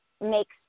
makes